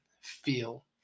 feel